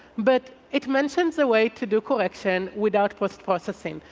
but it mentions a way to do correction without but processing.